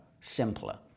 simpler